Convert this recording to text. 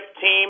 team